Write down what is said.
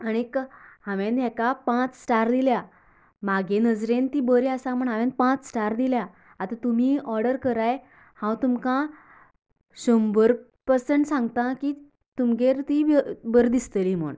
आनीक हांवें हेका पांच स्टार दिल्या म्हागे नजरेन ती बरी आसा म्हणून हांवें पांच स्टार दिल्या आतां तुमी ओर्डर कराय हांव तुमकां शंबर पर्संट सांगता की तुमगेर ती बिन बरी दिसतली म्हणून